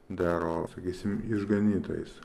daro sakysim išganytais